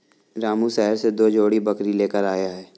रामू शहर से दो जोड़ी बकरी लेकर आया है